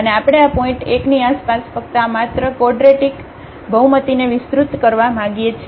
અને આપણે આ પોઇન્ટ 1 ની આસપાસ ફક્ત આ માત્ર કોડરેટીક બહુમતીને વિસ્તૃત કરવા માંગીએ છીએ